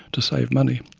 to save money.